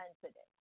sensitive